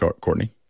Courtney